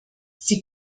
sie